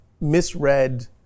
misread